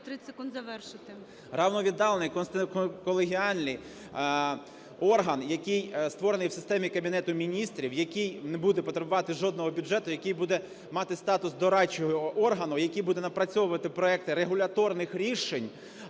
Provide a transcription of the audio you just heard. …рівновіддалений колегіальний орган, який створений в системі Кабінету Міністрів, який не буде потребувати жодного бюджету, який буде мати статус дорадчого органу, який буде напрацьовувати проекти регуляторних рішень